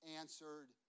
answered